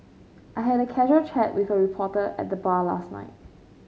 I had a casual chat with a reporter at the bar last night